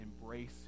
embrace